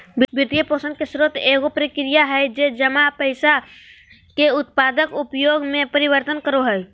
वित्तपोषण के स्रोत एगो प्रक्रिया हइ जे जमा पैसा के उत्पादक उपयोग में परिवर्तन करो हइ